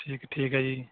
ਠੀਕ ਠੀਕ ਹੈ ਜੀ